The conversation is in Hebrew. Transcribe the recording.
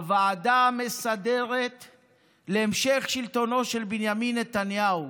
הוועדה המסדרת להמשך שלטונו של בנימין נתניהו